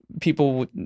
People